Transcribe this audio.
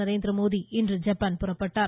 நரேந்திர மோடி இன்று ஜப்பான் புறப்பட்டார்